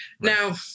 Now